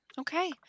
Okay